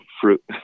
fruit